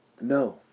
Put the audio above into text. No